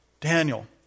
Daniel